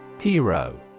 Hero